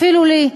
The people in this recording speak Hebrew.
אפילו לי,